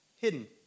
Hidden